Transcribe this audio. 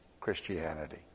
Christianity